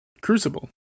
Crucible